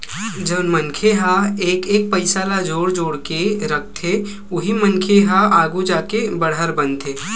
जउन मनखे ह एक एक पइसा ल जोड़ जोड़ के रखथे उही मनखे मन ह आघु जाके बड़हर बनथे